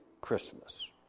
Christmas